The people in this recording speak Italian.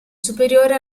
superiore